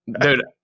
Dude